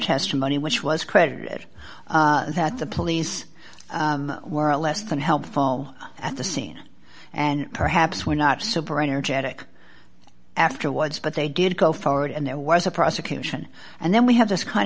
testimony which was created that the police were less than helpful at the scene and perhaps were not super energetic afterwards but they did go forward and there was a prosecution and then we have this kind